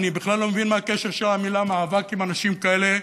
אני בכלל לא מבין מה הקשר של המילה מאבק לאנשים כאלה,